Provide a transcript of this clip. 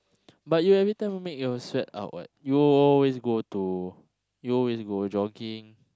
but you everytime make your sweat out what you always go to you always go jogging